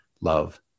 Love